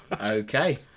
Okay